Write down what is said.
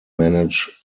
manage